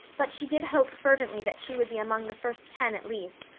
but she did hope fervently that she would be among the first ten at least,